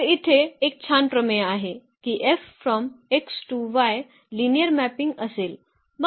तर इथे एक छान प्रमेय आहे की लिनिअर मॅपिंग असेल